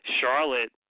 Charlotte